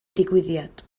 digwyddiad